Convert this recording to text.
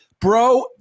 Bro